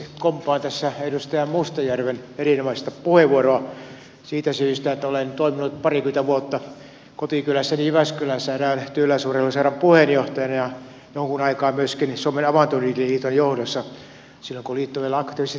komppaan tässä edustaja mustajärven erinomaista puheenvuoroa siitä syystä että olen toiminut parikymmentä vuotta kotikylässäni jyväskylässä erään työläisurheiluseuran puheenjohtajana ja jonkun aikaa myöskin suomen avantouintiliiton johdossa silloin kun liitto vielä aktiivisesti toimi